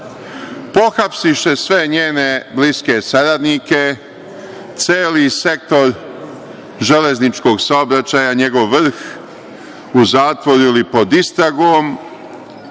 Pohapsiše sve njene bliske saradnike, celi sektor železničkog saobraćaja, njegov vrh u zatvor ili pod istragom,